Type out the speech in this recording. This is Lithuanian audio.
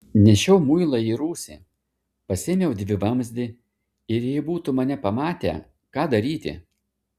nešiau muilą į rūsį pasiėmiau dvivamzdį ir jei būtų mane pamatę ką daryti